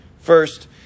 First